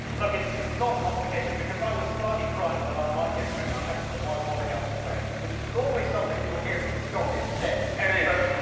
look, it's not complicated, because i was slightly frightened that i might get wet. i've had to put my wallet elsewhere, which is normally something you would hear from the scot instead. it is.